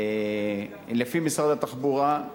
לפי משרד התחבורה,